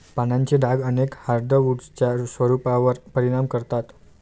पानांचे डाग अनेक हार्डवुड्सच्या स्वरूपावर परिणाम करतात